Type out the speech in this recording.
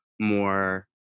more